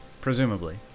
Presumably